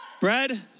bread